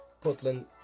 Portland